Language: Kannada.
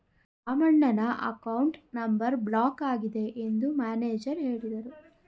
ರಾಮಣ್ಣನ ಅಕೌಂಟ್ ನಂಬರ್ ಬ್ಲಾಕ್ ಆಗಿದೆ ಎಂದು ಮ್ಯಾನೇಜರ್ ಹೇಳಿದರು